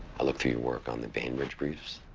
i looked through your work on the bainbridge briefs.